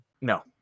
No